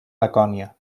lacònia